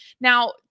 now